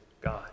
God